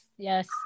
Yes